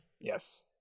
yes